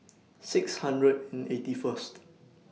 six hundred and eighty First